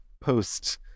post